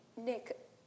Nick